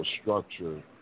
structure